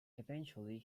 eventually